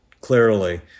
clearly